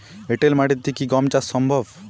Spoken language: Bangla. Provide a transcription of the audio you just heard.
এঁটেল মাটিতে কি গম চাষ সম্ভব?